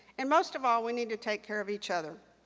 and most of all, we need to take care of each other,